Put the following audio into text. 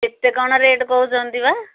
କେତେ କ'ଣ ରେଟ୍ କହୁନ୍ତି ବା